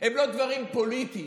הם לא דברים פוליטיים.